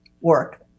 work